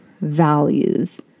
values